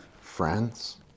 friends